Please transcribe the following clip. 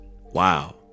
Wow